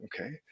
Okay